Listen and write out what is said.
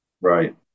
Right